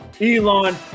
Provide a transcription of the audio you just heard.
Elon